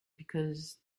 because